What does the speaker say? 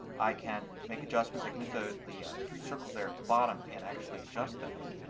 i can make adjustments. i can hit the the three circles there at the bottom and actually adjust things.